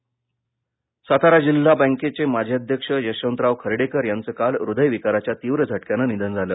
सातारा सातारा जिल्हा बँकेचे माजी अध्यक्ष यशंवतराव खडेकर यांचं काल हृदयविकाराच्या तीव्र झटक्यानं निधन झालं